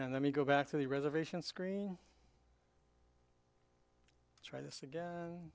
and then we go back to the reservation screen try this again